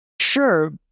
Sure